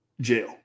jail